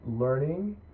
learning